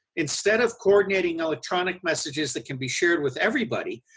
instead of coordinating electronic messages that can be shared with everybody,